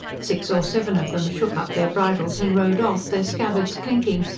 six or seven of them shook up their bridles and rode off, their scabbards clinking,